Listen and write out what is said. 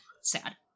sad